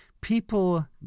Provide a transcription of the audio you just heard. people